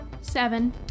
Seven